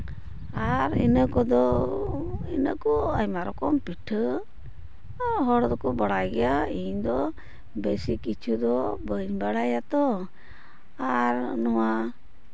ᱟᱨ ᱤᱱᱟᱹ ᱠᱚᱫᱚ ᱤᱱᱟᱹ ᱠᱚ ᱟᱭᱢᱟ ᱨᱚᱠᱚᱢ ᱯᱤᱴᱷᱟᱹ ᱦᱚᱲ ᱫᱚᱠᱚ ᱵᱟᱲᱟᱭ ᱜᱮᱭᱟ ᱤᱧ ᱫᱚ ᱵᱮᱥᱤ ᱠᱤᱪᱷᱩ ᱫᱚ ᱵᱟᱹᱧ ᱵᱟᱲᱟᱭᱟ ᱛᱚ ᱟᱨ ᱱᱚᱶᱟ